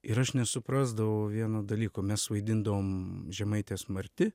ir aš nesuprasdavau vieno dalyko mes vaidindavom žemaitės marti